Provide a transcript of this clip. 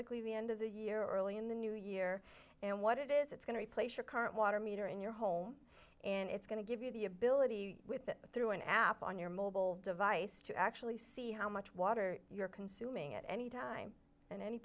likely the end of the year early in the new year and what it is it's going to replace your current water meter in your home and it's going to give you the ability through an app on your mobile device to actually see how much water you're consuming at any time and any